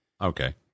Okay